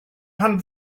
rhan